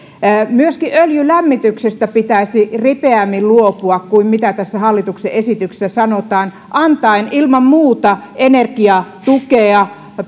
myöskin öljylämmityksestä pitäisi luopua ripeämmin kuin mitä tässä hallituksen esityksessä sanotaan antaen ilman muuta energiatukea